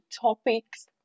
topics